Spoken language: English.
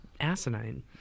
asinine